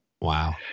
Wow